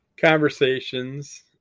conversations